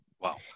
Wow